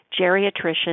geriatrician